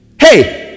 Hey